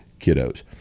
kiddos